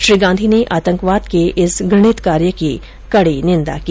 श्री गांधी ने आतंकवाद के इस घृणित कार्य की कड़ी निंदा की